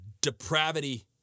depravity